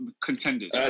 contenders